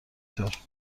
طور